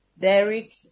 Derek